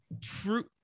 true